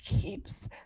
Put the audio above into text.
keeps